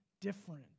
different